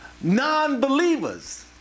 non-believers